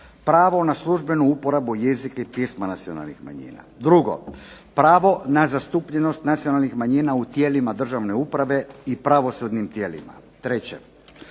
pravo na službenu uporabu jezika i pisma nacionalnih manjina. Drugo, pravo na zastupljenost nacionalnih manjina u tijelima državne uprave i pravosudnim tijelima. I treće,